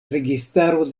registaro